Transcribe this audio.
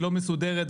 לא תהיה מסודרת,